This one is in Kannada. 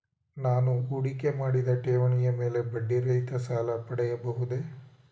ನಾನು ಹೂಡಿಕೆ ಮಾಡಿದ ಠೇವಣಿಯ ಮೇಲೆ ಬಡ್ಡಿ ರಹಿತ ಸಾಲ ಪಡೆಯಬಹುದೇ?